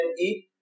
eat